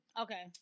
Okay